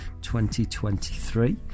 2023